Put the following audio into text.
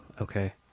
Okay